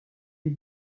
est